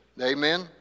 Amen